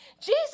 Jesus